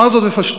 אומר זאת בפשטות,